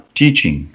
teaching